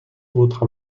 votre